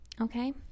okay